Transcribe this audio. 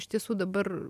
iš tiesų dabar